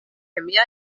kemia